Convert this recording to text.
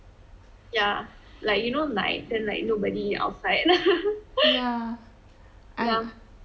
yeah like you know like then like nobody outside